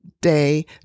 day